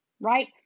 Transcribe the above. Right